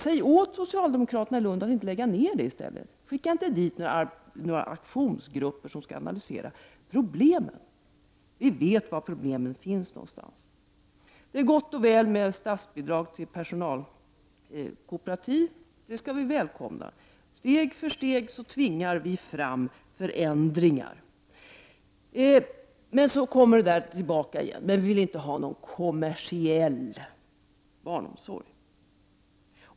Säg åt socialdemokraterna i Lund att inte lägga ned det i stället för att skicka dit några aktionsgrupper som skall analysera problemen! Vi vet var problemen finns. Det är gott och väl med statsbidrag till personalkooperativ — det välkomnar vi. Steg för steg tvingar vi fram förändringar. Men så återkom Bengt Lindqvist till att socialdemokraterna inte vill ha någon kommersiell barnomsorg.